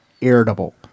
irritable